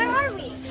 are we?